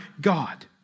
God